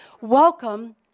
Welcome